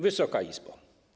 Wysoka Izbo!